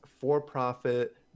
for-profit